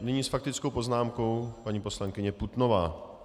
Nyní s faktickou poznámkou paní poslankyně Putnová.